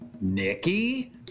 Nikki